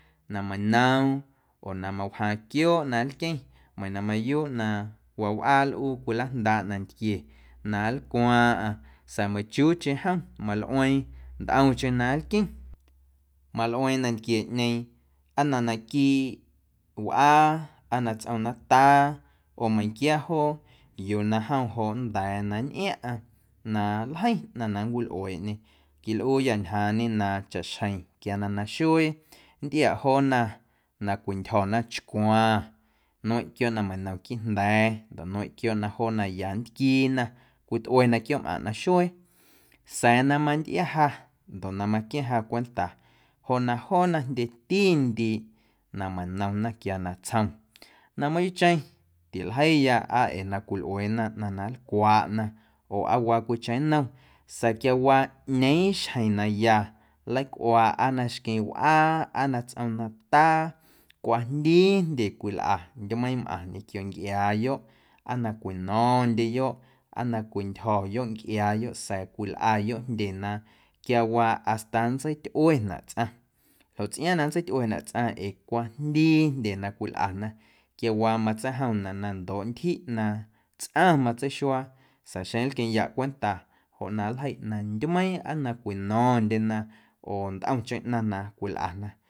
Na manoom oo na mawjaaⁿ quiooꞌ na nlqueⁿ meiiⁿ na mayuuꞌ na wawꞌaa nlꞌuu cwilajndaaꞌ nantquie na nlcwaaⁿꞌaⁿ sa̱a̱ meichiuucheⁿ jom malꞌueⁿ ntꞌomcheⁿ na nlqueⁿ malꞌueeⁿ nantquieꞌñeeⁿ aa na naquiiꞌ wꞌaa aa na tsꞌom nataa oo meiⁿnquia joo yuu na jom joꞌ nnda̱a̱ na nntꞌiaⁿꞌaⁿ na nljeiⁿ ꞌnaⁿ na nncwilꞌueeꞌñe quilꞌuuyâ njaaⁿñe na chaꞌxjeⁿ quia na naxuee nntꞌiaꞌ joona cwintyjo̱na chcwaⁿ nmeiⁿꞌ quiooꞌ na na manom quiiꞌjnda̱a̱ ndoꞌ nmeiⁿꞌ quiooꞌ na joona ya nntquiina cwitꞌuena quiooꞌmꞌaⁿꞌ naxuee sa̱a̱ na mantꞌia ja ndoꞌ na maquia̱ⁿ ja cwenta joꞌ na joona jndyetindiiꞌ na manomna quia natsjom na mayuuꞌcheⁿ tiljeiya aa ee na cwilꞌueena ꞌnaⁿ na nlcwaꞌna oo aa waa cwiicheⁿ nnom sa̱a̱ quiawaa ꞌñeeⁿ xjeⁿ na ya nleicꞌuaa aa na xqueⁿ wꞌaa aa na tsꞌom nataa cwajndii jndye cwilꞌa ndyumeiiⁿmꞌaⁿ ñequio ncꞌiaayoꞌ aa na cwino̱ⁿndyeyoꞌ aa na cwintyjo̱yoꞌ ncꞌiaayoꞌ sa̱a̱ cwilꞌayoꞌ jndye na quiawaa hasta nntseityꞌuenaꞌ tsꞌaⁿ ljoꞌ na nntseityꞌuenaꞌ tsꞌaⁿ ee cwajndii jndye na cwilꞌana quiawaa matseijomnaꞌ na ndoꞌ ntyjiꞌ na tsꞌaⁿ matseixuaa sa̱a̱ xeⁿ nlqueⁿꞌyaꞌ cwenta joꞌ na nljeiꞌ na ndyumeiiⁿ aa na cwino̱ⁿndyena oo ntꞌomcheⁿ ꞌnaⁿ na cwilꞌana.